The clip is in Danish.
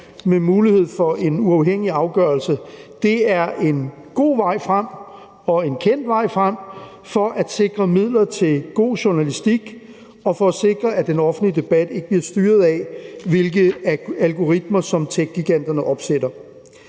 med mulighed for en uafhængig afgørelse er en god vej frem og en kendt vej frem for at sikre midler til god journalistik og for at sikre, at den offentlige debat ikke bliver styret af, hvilke algoritmer techgiganterne opsætter.